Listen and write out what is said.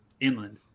inland